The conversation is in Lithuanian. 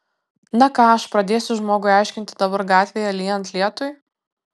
na ką aš pradėsiu žmogui aiškinti dabar gatvėje lyjant lietui